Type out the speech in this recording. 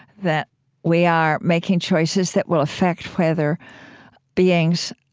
that we are making choices that will affect whether beings